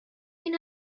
این